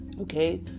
okay